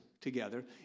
together